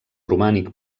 romànic